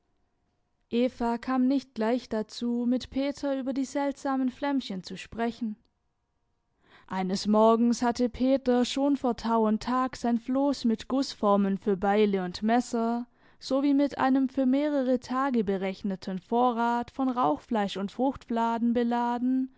kam nicht gleich dazu mit peter über die seltsamen flämmchen zu sprechen eines morgens hatte peter schon vor tau und tag sein floß mit gußformen für beile und messer sowie mit einem für mehrere tage berechneten vorrat von rauchfleisch und fruchtfladen beladen